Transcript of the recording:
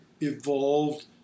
evolved